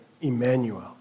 Emmanuel